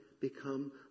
become